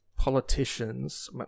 politicians